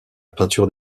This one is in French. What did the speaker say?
peinture